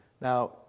Now